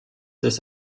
des